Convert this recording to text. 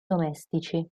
domestici